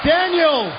Daniel